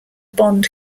bond